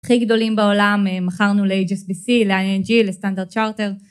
הכי גדולים בעולם, מכרנו ל-HSBC, ל-ING, לסטנדרט צ׳ארטר.